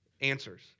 answers